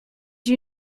you